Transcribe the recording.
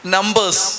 Numbers